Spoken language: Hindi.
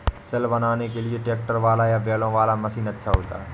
सिल बनाने के लिए ट्रैक्टर वाला या बैलों वाला मशीन अच्छा होता है?